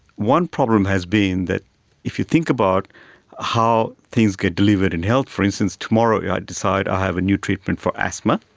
one problem has been that if you think about how things get delivered in health, for instance, tomorrow yeah i decide i have a new treatment for asthma.